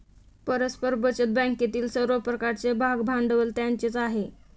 परस्पर बचत बँकेतील सर्व प्रकारचे भागभांडवल त्यांचेच आहे